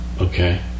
Okay